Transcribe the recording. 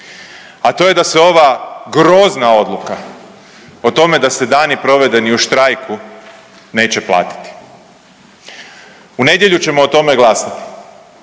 a to je da se ova grozna odluka o tome da se dani provedeni u štrajku neće platiti. U nedjelju ćemo o tome glasati